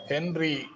Henry